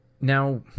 Now